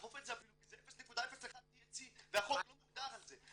לאכוף את זה אפילו כי זה 0.01 THC והחוק לא מוגדר על זה.